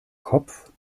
kopf